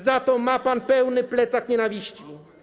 Za to ma pan pełny plecak nienawiści.